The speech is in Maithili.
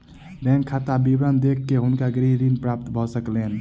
बैंक खाता विवरण देख के हुनका गृह ऋण प्राप्त भ सकलैन